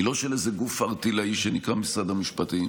היא לא של איזשהו גוף ערטילאי שנקרא משרד המשפטים,